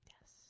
Yes